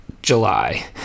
July